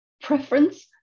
preference